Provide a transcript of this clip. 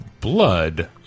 blood